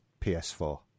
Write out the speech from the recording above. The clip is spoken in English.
PS4